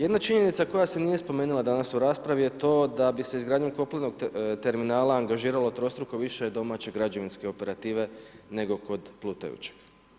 Jedna činjenica koja se nije spomenula danas u raspravi je to da bi se izgradnjom kopnenog terminala angažiralo trostruko više domaće građevinske operative nego kod plutajućeg.